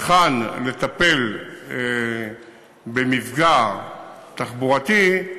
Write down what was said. היכן לטפל במפגע תחבורתי,